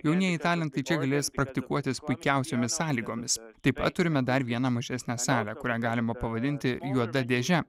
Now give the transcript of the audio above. jaunieji talentai čia galės praktikuotis puikiausiomis sąlygomis taip pat turime dar vieną mažesnę salę kurią galima pavadinti juoda dėže